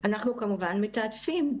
אנחנו כמובן מתעדפים.